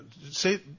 say